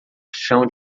chão